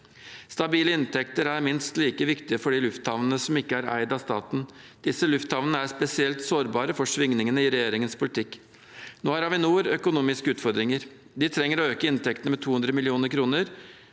Stabile inntekter er minst like viktig for de lufthavnene som ikke er eid av staten. Disse lufthavnene er spesielt sårbare for svingningene i regjeringens politikk. Nå har Avinor økonomiske utfordringer. De trenger å øke inntektene med 200 mill. kr.